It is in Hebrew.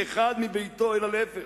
שאלתו של ביבי נתניהו, שאלה רטורית.